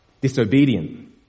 Disobedient